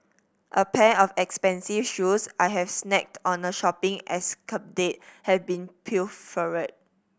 a pair of expensive shoes I had snagged on a shopping escapade had been pilfered